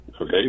Okay